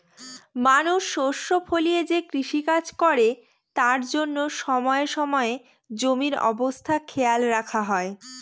মানুষ শস্য ফলিয়ে যে কৃষিকাজ করে তার জন্য সময়ে সময়ে জমির অবস্থা খেয়াল রাখা হয়